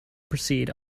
proceed